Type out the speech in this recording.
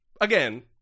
again